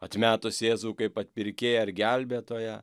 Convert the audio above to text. atmetus jėzų kaip atpirkėją ir gelbėtoją